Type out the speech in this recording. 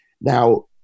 Now